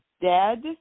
dead